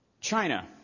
China